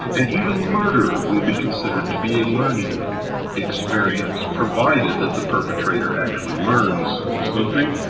and even murder will be considered to be a learning experience provided that the perpetrator actually learns something.